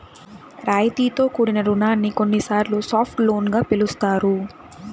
రాయితీతో కూడిన రుణాన్ని కొన్నిసార్లు సాఫ్ట్ లోన్ గా పిలుస్తారు